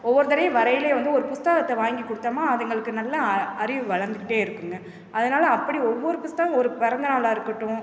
ஒவ்வொரு தடவையும் வரைலயும் வந்து ஒரு புத்தகத்த வாங்கிக் கொடுத்தம்னா அதுங்களுக்கு நல்ல அ அறிவு வளர்ந்துக்கிட்டே இருக்குதுங்க அதனால் அப்படி ஒவ்வொரு புத்தகோம் ஒரு பிறந்தநாளாக இருக்கட்டும்